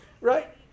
right